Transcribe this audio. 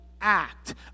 act